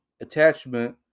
attachment